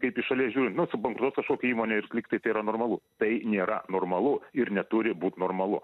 kaip iš šalies žiūrint nu subankrutuos kažkokia įmonė ir lygtai tai yra normalu tai nėra normalu ir neturi būt normalu